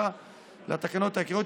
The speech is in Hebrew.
7 לתקנות העיקריות,